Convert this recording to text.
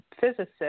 physicist